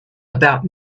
about